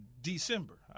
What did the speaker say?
December